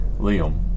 Liam